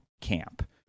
camp